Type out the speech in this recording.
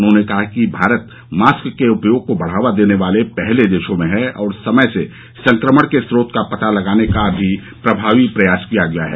उन्होने कहा कि भारत मास्क के उपयोग को बढ़ावा देने वाले पहले देशों में है और समय से संक्रमण के स्रोत का पता लगाने का भी प्रभावी प्रयास किया गया है